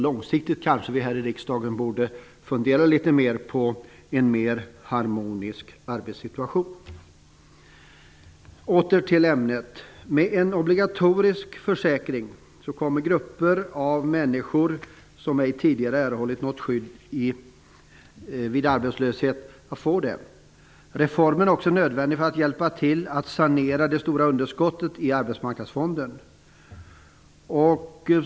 Långsiktigt borde vi kanske här i riksdagen fundera litet mera på en mer harmonisk arbetssituation. Åter till ämnet. Med en obligatorisk försäkring kommer grupper av människor som ej tidigare erhållit något skydd vid arbetslöshet att få ett sådant. Reformen är också nödvändig för att hjälpa till med att sanera de stora underskotten i Arbetsmarknadsfonden.